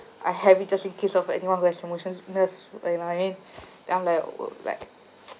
I have it just in case of anyone who has motion sickness you know what I mean I'm like !whoa! like